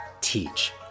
teach